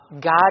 God